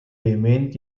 vehement